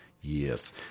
Yes